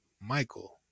Michael